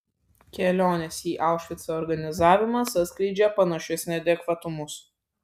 kelionės į aušvicą organizavimas atskleidžia panašius neadekvatumus